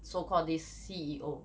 so called this C_E_O